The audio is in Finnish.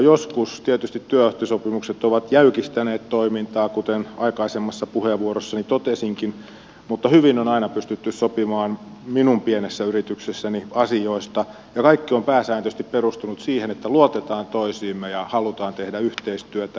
joskus tietysti työehtosopimukset ovat jäykistäneet toimintaa kuten aikaisemmassa puheenvuorossani totesinkin mutta hyvin on aina pystytty sopimaan minun pienessä yrityksessäni asioista ja kaikki on pääsääntöisesti perustunut siihen että luotetaan toisiimme ja halutaan tehdä yhteistyötä